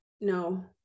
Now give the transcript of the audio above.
no